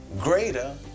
greater